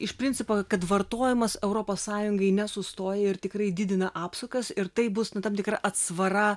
iš principo kad vartojimas europos sąjungoj nesustoja ir tikrai didina apsukas ir taip bus nu tam tikra atsvara